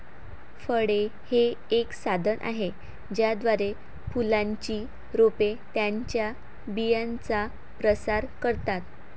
फळे हे एक साधन आहे ज्याद्वारे फुलांची रोपे त्यांच्या बियांचा प्रसार करतात